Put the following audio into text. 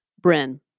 Bryn